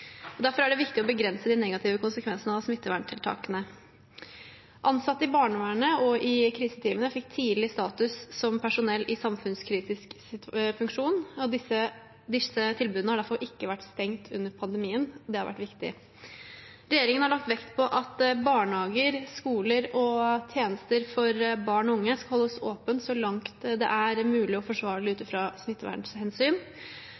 Derfor er det viktig å begrense de negative konsekvensene av smitteverntiltakene. Ansatte i barnevernet og i kriseteamene fikk tidlig status som personell i samfunnskritisk funksjon. Disse tilbudene har derfor ikke vært stengt under pandemien, og det har vært viktig. Regjeringen har lagt vekt på at barnehager, skoler og tjenester for barn og unge skal holdes åpne så langt det er mulig og forsvarlig ut